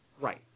Right